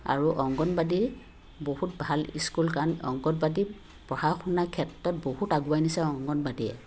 আৰু অংগনবাদী বহুত ভাল স্কুল কাৰণ অংগনবাদী পঢ়া শুনাৰ ক্ষেত্ৰত বহুত আগুৱাই নিছে অংগনবাদীয়ে